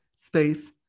space